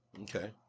Okay